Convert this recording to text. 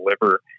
deliver